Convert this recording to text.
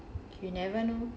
you never know